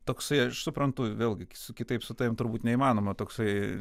toksai aš suprantu vėlgi su kitaip su tavim turbūt neįmanoma toksai